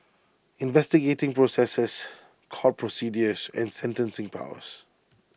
investigating processes court procedures and sentencing powers